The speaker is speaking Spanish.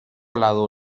lado